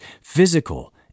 physical